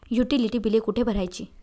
Utility बिले कुठे भरायची?